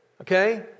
Okay